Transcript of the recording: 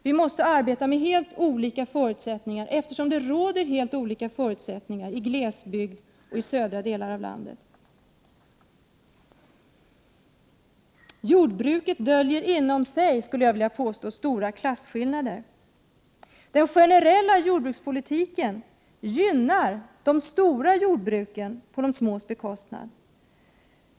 Vi måste arbeta med helt olika förutsättningar, eftersom det råder helt olika förutsättningar i glesbygden och i de södra delarna av landet. Jordbruket döljer inom sig, skulle jag vilja påstå, stora klasskillnader. Den generella jordbrukspolitiken gynnar de stora jordbruken på de smås | bekostnad.